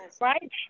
Right